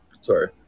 sorry